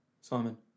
Simon